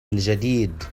الجديد